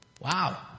Wow